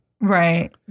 Right